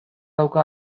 dauka